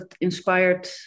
inspired